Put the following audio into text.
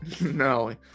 no